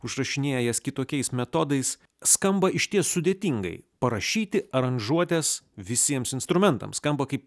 užrašinėja jas kitokiais metodais skamba išties sudėtingai parašyti aranžuotes visiems instrumentams skamba kaip